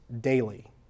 daily